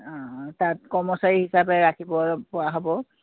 অঁ তাত কৰ্মচাৰী হিচাপে ৰাখিব পৰা হ'ব